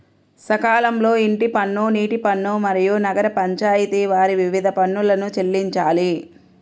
సకాలంలో ఇంటి పన్ను, నీటి పన్ను, మరియు నగర పంచాయితి వారి వివిధ పన్నులను చెల్లించాలి